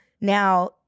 Now